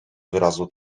wyrazu